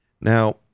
Now